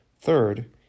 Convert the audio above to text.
Third